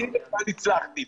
שם הצלחתי.